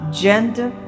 gender